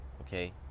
okay